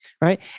Right